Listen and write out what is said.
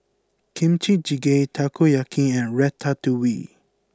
Kimchi Jjigae Takoyaki and Ratatouille